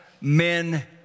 men